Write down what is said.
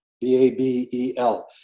B-A-B-E-L